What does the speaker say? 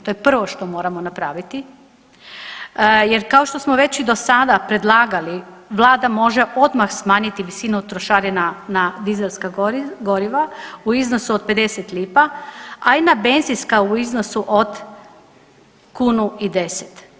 To je prvo što moramo napraviti jer kao što smo već do sada i predlagali vlada može odmah smanjiti visinu trošarina na dizelska goriva u iznosu od 50 lipa, a i na benzinska u iznosu od kunu i 10.